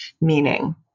meaning